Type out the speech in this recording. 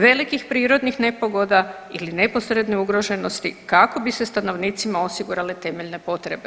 Velikih prirodnih nepogoda ili neposredne ugroženosti kako bi se stanovnicima osigurale temeljne potrebe.